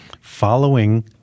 following